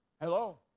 Hello